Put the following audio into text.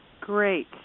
great